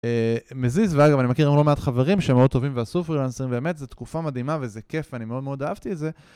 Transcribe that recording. מזיז, ואגב, אני מכיר עמול מעט חברים שהם מאוד טובים ועשו פרילנסים, ובאמת, זו תקופה מדהימה וזה כיף, ואני מאוד מאוד אהבתי את זה.